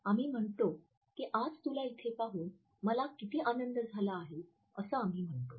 आम्ही म्हणतो की आज तुला इथे पाहून मला किती आनंद झाला आहे असं आम्ही म्हणतो